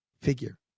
figure